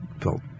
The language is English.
felt